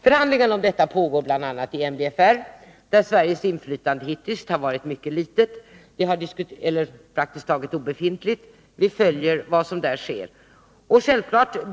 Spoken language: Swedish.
Förhandlingar om detta pågår bl.a. i MBFR, där Sveriges inflytande hittills har varit mycket litet eller praktiskt taget obefintligt, men vi följer vad som där sker.